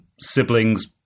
siblings